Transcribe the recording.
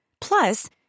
Plus